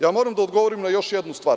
Ja moram da odgovorim na još jednu stvar.